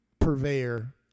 purveyor